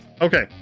Okay